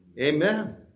Amen